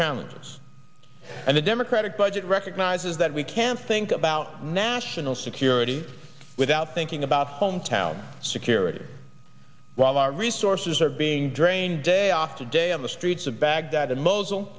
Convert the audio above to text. challenges and the democratic budget recognizes that we can think about national security without thinking about hometown security while our resources are being drained day off today on the streets of baghdad